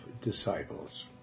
disciples